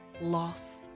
loss